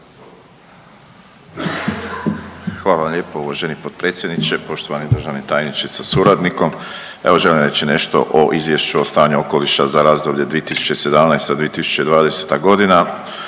Hvala vam lijepa uvaženi potpredsjedniče. Poštovani državni tajniče sa suradnikom, evo želim reći nešto o Izvješću o stanju okoliša za razdoblje 2017.-2020. godina.